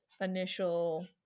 initial